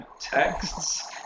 texts